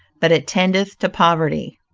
but it tendeth to poverty.